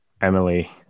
Emily